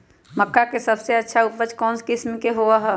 मक्का के सबसे अच्छा उपज कौन किस्म के होअ ह?